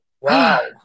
Wow